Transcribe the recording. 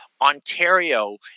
Ontario